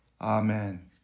Amen